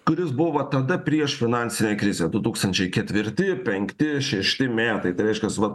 kuris buvo va tada prieš finansinę krizę du tūkstančiai ketvirti penkti šešti metai tai reiškias vat